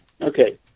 okay